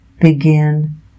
begin